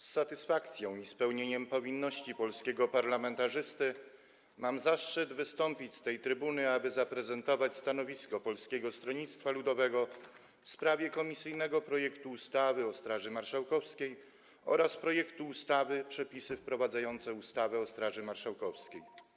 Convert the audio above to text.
Z satysfakcją i z poczuciem spełnienia powinności polskiego parlamentarzysty mam zaszczyt wystąpić z tej trybuny, aby zaprezentować stanowisko Polskiego Stronnictwa Ludowego w sprawie komisyjnych projektów ustawy o Straży Marszałkowskiej oraz ustawy Przepisy wprowadzające ustawę o Straży Marszałkowskiej.